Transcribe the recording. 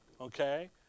Okay